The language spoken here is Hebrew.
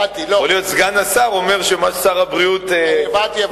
יכול להיות שסגן השר אומר שמה ששר הבריאות אומר,